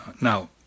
Now